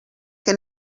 que